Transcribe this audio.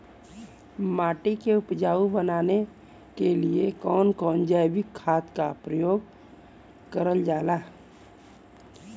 माटी के उपजाऊ बनाने के लिए कौन कौन जैविक खाद का प्रयोग करल जाला?